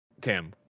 Tim